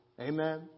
Amen